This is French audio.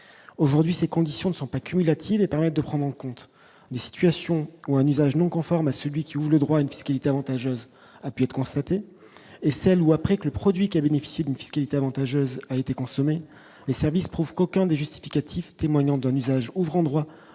aujourd'hui ces conditions ne sont pas cumulative et permet de prendre en compte des situations où un usage non conforme à celui qui voulait droit une fiscalité avantageuse, a pu être constaté et celle où, après que le produit qui a bénéficié d'une fiscalité avantageuse, a été consommé les services prouve qu'aucun des justificatifs, témoignant d'un usage ouvrant droit